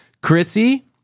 Chrissy